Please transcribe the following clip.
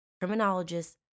criminologists